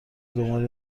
دنبال